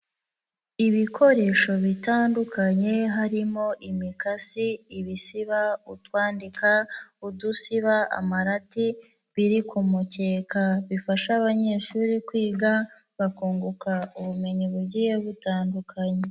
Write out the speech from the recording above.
Ibikoresho bitandukanye harimo imikasi, ibisiba utwandika, udusiba, amarati biri ku mukeka bifasha abanyeshuri kwiga bakunguka ubumenyi bugiye butandukanye.